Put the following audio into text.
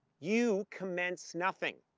you commence nothing.